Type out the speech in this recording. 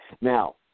Now